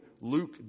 Luke